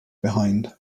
behind